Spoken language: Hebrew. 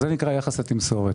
זה נקרא יחס התמסורת.